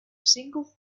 single